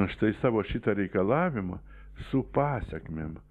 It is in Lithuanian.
a štai savo šitą reikalavimą su pasekmėm